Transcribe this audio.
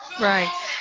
Right